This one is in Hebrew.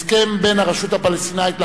הסכם בין הרשות הפלסטינית ל"חמאס",